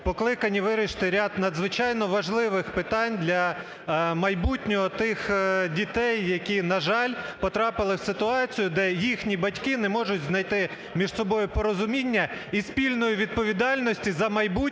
покликані вирішити ряд надзвичайно важливих питань для майбутнього тих дітей, які, на жаль, потрапили в ситуацію, де їхні батьки не можуть знайти між собою порозуміння і спільної відповідальності за майбутнє